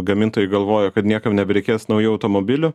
gamintojai galvojo kad niekam nebereikės naujų automobilių